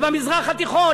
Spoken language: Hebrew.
במזרח התיכון,